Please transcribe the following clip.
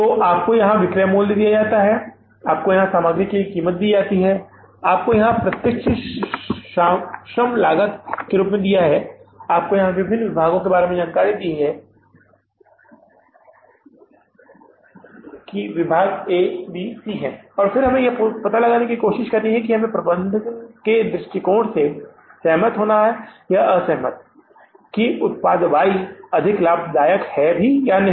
तो आपको यहाँ विक्रय मूल्य दिया जाता है आपको यहाँ सामग्री की कीमत दी जाती है आपको यहाँ प्रत्यक्ष श्रम लागत के रूप में दिया जाता है और आपको यहाँ विभिन्न विभागों के बारे में जानकारी दी जाती है जो विभाग A B और C हैं और फिर हमें यह पता लगाने की कोशिश करनी होगी हमें प्रबंधन के दृष्टिकोण से सहमत या असहमत होना होगा कि उत्पाद Y अधिक लाभदायक है या नहीं